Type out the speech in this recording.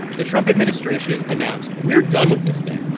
the trump administration announced, we're done with this thing.